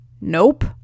Nope